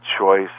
choice